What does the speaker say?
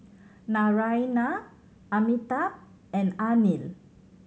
Naraina Amitabh and Anil